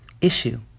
Issue